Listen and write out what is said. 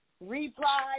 reply